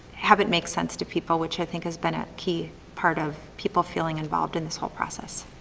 have it make sense to people which i think has been a key part of people feeling involved in this whole process.